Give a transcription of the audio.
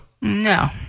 No